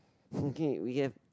okay we have